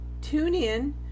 TuneIn